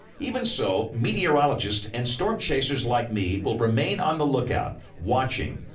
even so, meteorologists and storm chasers like me will remain on the lookout, watching,